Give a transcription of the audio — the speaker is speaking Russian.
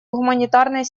гуманитарной